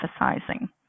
emphasizing